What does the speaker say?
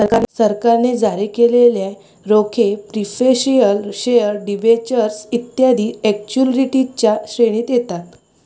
सरकारने जारी केलेले रोखे प्रिफरेंशियल शेअर डिबेंचर्स इत्यादी सिक्युरिटीजच्या श्रेणीत येतात